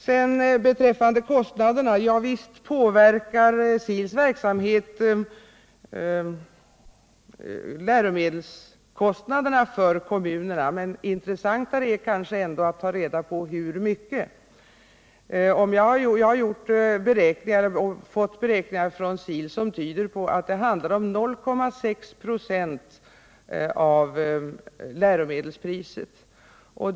Sedan beträffande kostnaderna: Visst påverkar SIL:s verksamhet läromedelskostnaderna för kommunerna, men intressantare är kanske att ta reda på hur mycket. Jag har fått beräkningar från SIL som tyder på att det handlar om 0,6 26 av läromedelspriset.